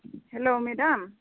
hello madam